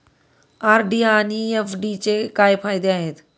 RD आणि एफ.डीचे काय फायदे आहेत?